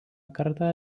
kartą